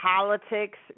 politics